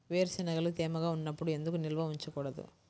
వేరుశనగలు తేమగా ఉన్నప్పుడు ఎందుకు నిల్వ ఉంచకూడదు?